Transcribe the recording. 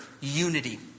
Unity